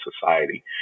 society